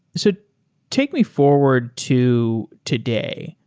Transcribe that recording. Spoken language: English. so take me forward to today.